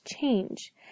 change